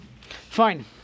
fine